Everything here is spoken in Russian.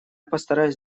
постараюсь